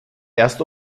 erst